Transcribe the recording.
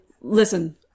listen